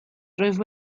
rwyf